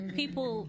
people